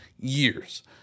years